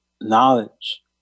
knowledge